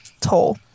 toll